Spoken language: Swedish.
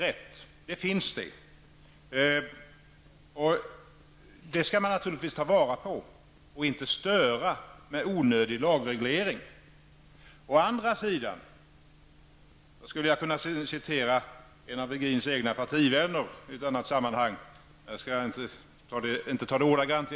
En sådan vilja finns, och detta skall man naturligtvis ta vara på och inte störa med onödig lagreglering. Å andra sidan skulle jag kunna citera vad en av Virgins egna partivänner sade i ett annat sammanhang, men jag skall i varje fall inte återge det ordagrant.